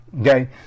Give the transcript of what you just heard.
okay